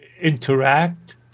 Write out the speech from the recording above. interact